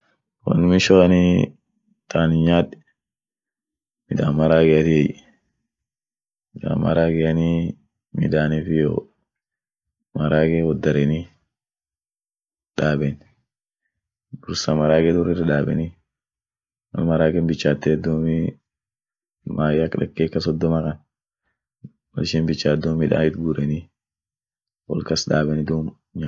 Won mishoanii ta anin nyaad midan marageatiey, midaan maregeanii, midanif iyyo marage woddareni daaben, dursa marage dur irdaabeni, wo maragen bichatet duumii mayye ak dakika soddoma kan, woishin bichaat duum midaan it gureniey, wolkas daabeni duum nyaaten.